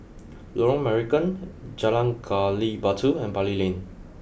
Lorong Marican Jalan Gali Batu and Bali Lane